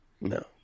No